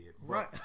Right